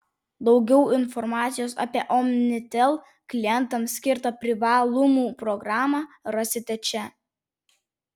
daugiau informacijos apie omnitel klientams skirtą privalumų programą rasite čia